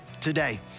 today